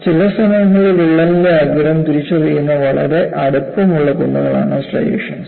ചില സമയങ്ങളിൽ വിള്ളലിന്റെ അഗ്രം തിരിച്ചറിയുന്ന വളരെ ചെറിയ അടുപ്പമുള്ള കുന്നുകളാണ് സ്ട്രൈയേഷൻസ്